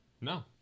no